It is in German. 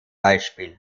beispiel